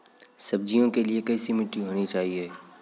सब्जियों के लिए कैसी मिट्टी होनी चाहिए?